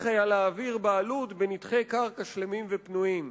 היה להעביר בעלות בנתחי קרקע שלמים ופנויים.